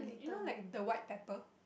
you know like the white pepper